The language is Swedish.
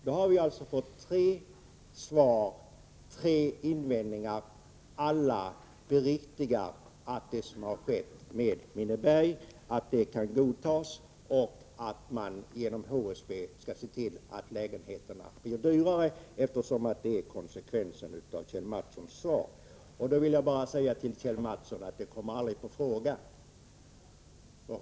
Då har jag alltså fått tre svar på mina frågor, tre invändningar, vilka alla bekräftar att det som har skett med Minneberg kan godtas och att man genom HSB skall se till att lägenheterna blir dyrare. Det är konsekvensen av det Kjell Mattsson sade. Då vill jag bara säga till Kjell Mattsson att det kommer aldrig på fråga.